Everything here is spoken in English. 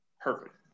perfect